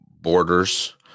borders